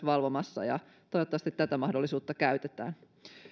valvomassa toivottavasti tätä mahdollisuutta käytetään